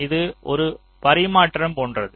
இது ஒரு பரிமாற்றம் போன்றது